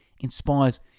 inspires